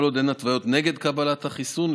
כל עוד אין התוויות נגד קבלת החיסון,